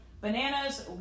bananas